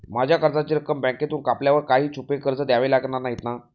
माझ्या कर्जाची रक्कम बँकेमधून कापल्यावर काही छुपे खर्च द्यावे नाही लागणार ना?